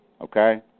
okay